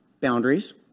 boundaries